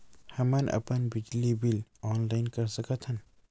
हमन अपन बिजली बिल ऑनलाइन कर सकत हन?